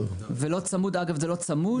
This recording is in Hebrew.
ואגב זה לא צמוד.